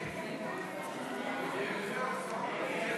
ההסתייגות (21) של קבוצת סיעת יהדות התורה וקבוצת סיעת